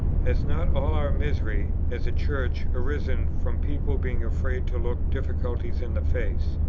has not all our misery, as a church, arisen from people being afraid to look difficulties in the face?